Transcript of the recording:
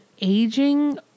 aging